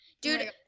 dude